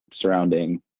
surrounding